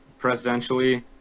presidentially